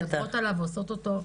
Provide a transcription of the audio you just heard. אנחנו מדברות עליו ועושות אותו.